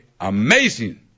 amazing